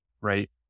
right